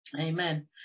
Amen